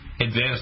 advanced